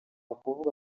ukuvuga